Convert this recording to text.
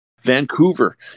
Vancouver